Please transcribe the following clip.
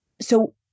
So-